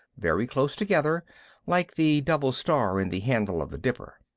very close together like the double star in the handle of the dipper.